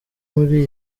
muri